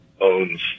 owns